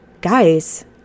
guys